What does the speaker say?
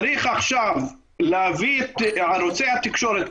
צריך עכשיו להביא את ערוצי התקשורת,